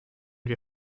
wir